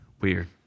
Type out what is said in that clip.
Weird